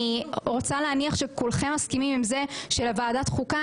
אני רוצה להניח שכולכם מסכימים עם זה שלוועדת חוקה